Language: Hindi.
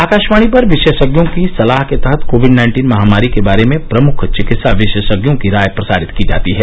आकाशवाणी पर विशेषज्ञों की सलाह के तहत कोविड नाइन्टीन महामारी के बारे में प्रमुख चिकित्सा विशेषज्ञों की राय प्रसारित की जाती है